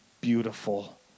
beautiful